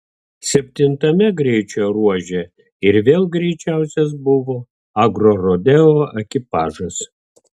septintame greičio ruože ir vėl greičiausias buvo agrorodeo ekipažas